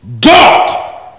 God